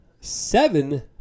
seven